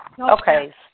Okay